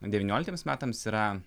devynioliktiems metams yra